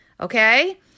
Okay